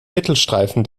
mittelstreifen